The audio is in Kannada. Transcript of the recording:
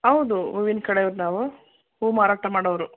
ಹೌದು ಹೂವಿನ ಕಡೆಯವ್ರು ನಾವು ಹೂವು ಮಾರಾಟ ಮಾಡೋವ್ರು